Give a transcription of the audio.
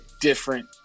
different